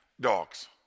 dogs